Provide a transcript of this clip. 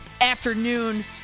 afternoon